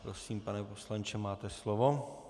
Prosím, pane poslanče, máte slovo.